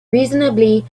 reasonably